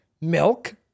milk